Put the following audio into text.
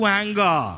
anger